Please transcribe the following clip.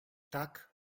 tak